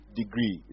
degree